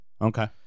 Okay